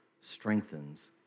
strengthens